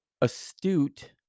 astute